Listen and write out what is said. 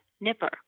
nipper